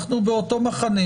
אנחנו באותו מחנה,